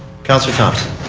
counsellor thomson.